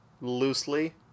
loosely